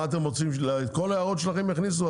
מה אתם רוצים, שאת כל ההערות שלכם יכניסו?